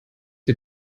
sie